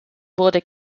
wurde